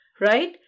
right